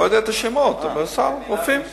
לא יודע את השמות, אבל הן מופיעות בסל.